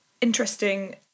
interesting